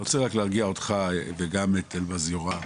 אני רוצה רק להרגיע אותך וגם את אלבז יורם,